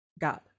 god